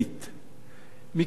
מכיוון שהדברים,